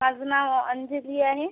माझं नाव अंजली आहे